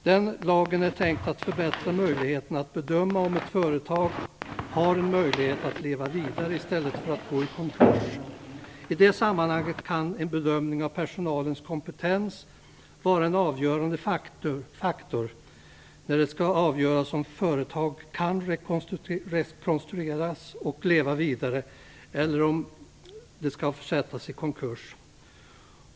Den lagen är tänkt att förbättra möjligheterna att bedöma om ett företag har en möjlighet att leva vidare i stället för att gå i konkurs. En bedömning av personalens kompetens kan vara en avgörande faktor när det skall avgöras om ett företag kan rekonstrueras och leva vidare eller om det skall försättas i konkurs.